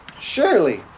surely